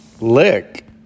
Lick